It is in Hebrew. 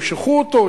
ימשכו אותו,